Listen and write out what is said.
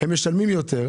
והם אלה שמשלמים יותר.